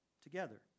together